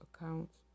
accounts